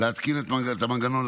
להתקין את המנגנון,